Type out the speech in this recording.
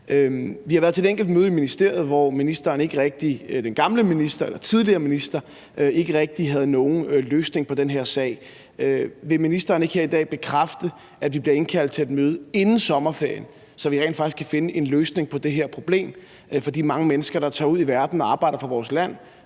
Vi har været til et enkelt møde i ministeriet, hvor den tidligere minister ikke rigtig havde nogen løsning på den her sag. Vil ministeren ikke her i dag bekræfte, at vi bliver indkaldt til et møde inden sommerferien, så vi rent faktisk kan finde en løsning på det her problem for de mange mennesker, der tager ud i verden og arbejder for vores land,